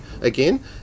again